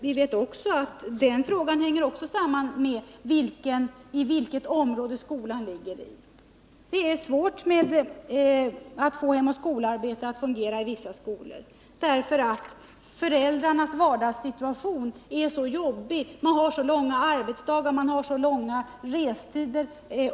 Vi vet också att den frågan hänger samman med i vilket område skolan ligger. Det är svårt att få Hem och skola-arbetet att fungera i vissa skolor därför att föräldrarnas vardagssituation är jobbig. Man har så långa arbetsdagar och långa restider.